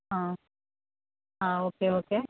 ആ ആ okay okay